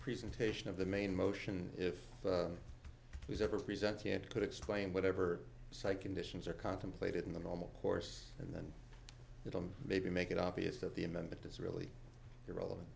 presentation of the main motion if it was ever present here could explain whatever so i conditions are contemplated in the normal course and then it'll maybe make it obvious that the amendment is really irrelevant